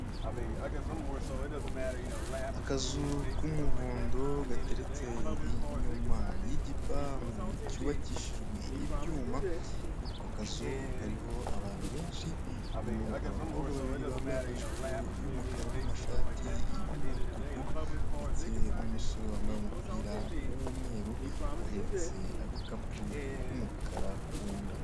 Akazu k'umuhondo, gateretse inyuma y'igipangu cyubakishijwe ibyuma, ako kazu kariho abantu benshi, harimo abakobwa babiri bambaye majipo y'umukara n'amashati t'umutuku, ndetse n'umusore wambaye umupira w'umweru, uhetse agakapu k'umukara ku nda.